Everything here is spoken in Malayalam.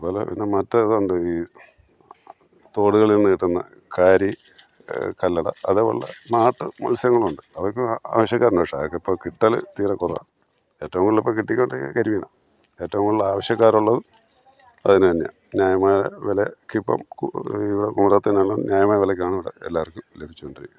അതുപോലെ പിന്നെ മറ്റേ ഇതുണ്ട് ഈ തോടുകളിൽ നിന്ന് കിട്ടുന്ന കാരി കല്ലട അതേപോലെയുള്ള നാട്ടു മത്സ്യങ്ങളുണ്ട് അതിനൊക്കെ ആവശ്യക്കാരുണ്ട് പക്ഷെ അതൊക്കെ ഇപ്പോൾ കിട്ടല് തീരെ കുറവാണ് ഏറ്റവും കൂടുതലും ഇപ്പോൾ കിട്ടികൊണ്ടിരിക്കുന്നത് കരിമീനാണ് ഏറ്റവും കൂടുതൽ ആവശ്യക്കാരുള്ളതും അതിനു തന്നെയാണ് ന്യായമായ വില വിലക്ക് ഇപ്പം കൂടുതൽ നിങ്ങൾ പോരാത്തതിന് ന്യായമായ വിലയ്ക്കാണ് ഇവിടെ എല്ലാവർക്കും ലഭിച്ചു കൊണ്ടിരിക്കുന്നത്